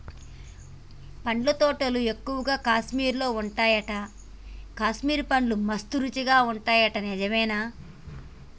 పండ్ల తోటలు ఎక్కువగా కాశ్మీర్ లో వున్నాయట, కాశ్మీర్ పండ్లు మస్త్ రుచి ఉంటాయట నిజమేనా